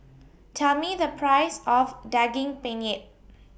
Tell Me The Price of Daging Penyet